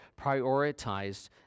prioritized